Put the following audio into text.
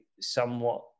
somewhat